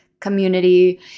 community